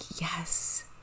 yes